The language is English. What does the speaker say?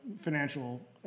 financial